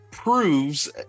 proves